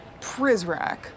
Prizrak